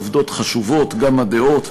העובדות חשובות, גם הדעות.